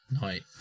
night